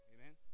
Amen